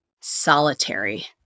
solitary